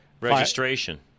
registration